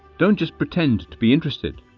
don't just pretend to be interested,